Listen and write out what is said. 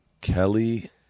Kelly